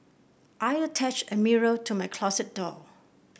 I attached a mirror to my closet door